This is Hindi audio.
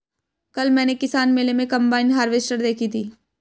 कल मैंने किसान मेले में कम्बाइन हार्वेसटर देखी थी